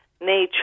nature